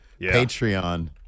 Patreon